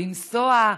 לנסוע.